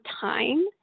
time